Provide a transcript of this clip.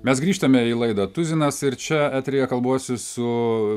mes grįžtame į laidą tuzinas ir čia eteryje kalbuosi su